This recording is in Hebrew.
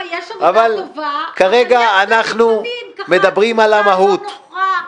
יש עבודה טובה, אבל לפעמים יש תחושה לא נוחה,